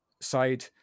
side